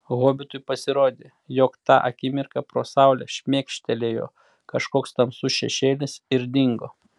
hobitui pasirodė jog tą akimirką pro saulę šmėkštelėjo kažkoks tamsus šešėlis ir dingo